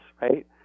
right